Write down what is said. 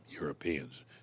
Europeans